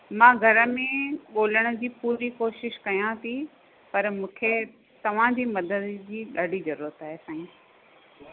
मां घर में ॻोल्हण जी पूरी कोशिश कयां थी पर मूंखे तव्हांजी मदद जी ॾाढी ज़रूरत आहे साईं